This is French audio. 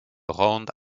round